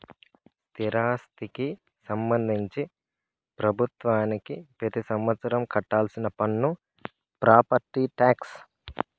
స్థిరాస్తికి సంబంధించి ప్రభుత్వానికి పెతి సంవత్సరం కట్టాల్సిన పన్ను ప్రాపర్టీ టాక్స్